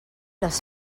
les